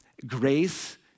Grace